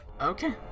Okay